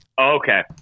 Okay